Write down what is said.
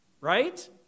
right